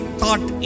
thought